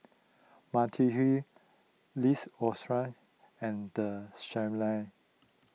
Mediheal and the Shilla